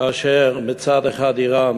כאשר מצד אחד איראן,